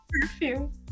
perfume